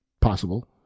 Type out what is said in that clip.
Possible